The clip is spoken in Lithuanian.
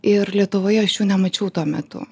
ir lietuvoje aš jų nemačiau tuo metu